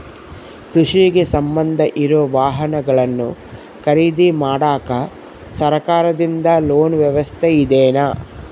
ಕೃಷಿಗೆ ಸಂಬಂಧ ಇರೊ ವಾಹನಗಳನ್ನು ಖರೇದಿ ಮಾಡಾಕ ಸರಕಾರದಿಂದ ಲೋನ್ ವ್ಯವಸ್ಥೆ ಇದೆನಾ?